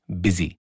busy